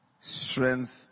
strength